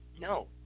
No